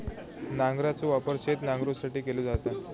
नांगराचो वापर शेत नांगरुसाठी केलो जाता